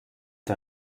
der